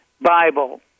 Bible